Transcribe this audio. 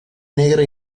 negra